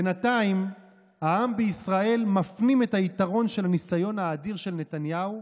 בינתיים העם בישראל מפנים את היתרון של הניסיון האדיר של נתניהו,